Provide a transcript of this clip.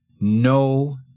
No